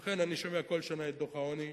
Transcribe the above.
לכן אני שומע כל שנה את דוח העוני,